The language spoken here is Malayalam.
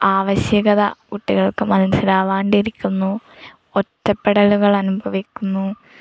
ആവശ്യകത കുട്ടികൾക്ക് മനസ്സിലാകാതെയിരിക്കുന്നു ഒറ്റപ്പെടലുകൾ അനുഭവിക്കുന്നു